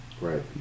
Right